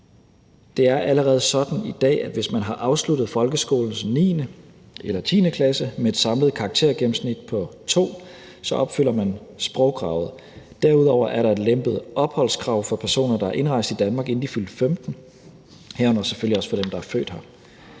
Det er allerede sådan i dag, at hvis man har afsluttet folkeskolens 9. eller 10. klasse med et samlet karaktergennemsnit på 02, så opfylder man sprogkravet. Derudover er der lempede opholdskrav for personer, der er indrejst i Danmark, inden de fyldte 15, herunder selvfølgelig også for dem, der er født her.